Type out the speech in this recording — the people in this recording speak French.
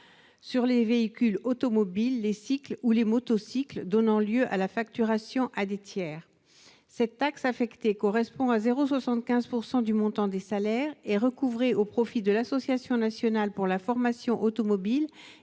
sur les véhicules automobiles, les cycles ou les motocycles, donnant lieu à facturation à des tiers. Cette taxe affectée, qui correspond à 0,75 % du montant des salaires, est recouvrée au profit de l'Association nationale pour la formation automobile